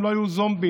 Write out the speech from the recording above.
הם לא היו זומבים,